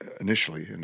initially